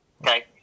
okay